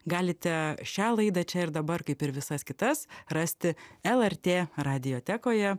galite šią laidą čia ir dabar kaip ir visas kitas rasti lrt radiotekoje